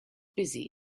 busy